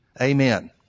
Amen